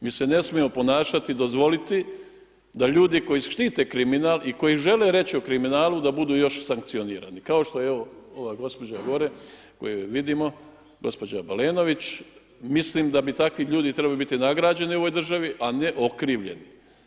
Mi se ne smijemo ponašati, dozvoliti da ljudi koji štite kriminal i koji žele reći o kriminalu da budu još sankcionirani, kao što je ova gospođa gore koju vidimo, gospođa Balenović, mislim da bi takvi ljudi trebali biti nagrađeni u ovoj državi, a ne okrivljeni.